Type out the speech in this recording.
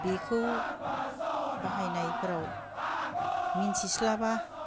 बेखौ बाहायनायफोराव मिथिस्लाबा